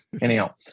Anyhow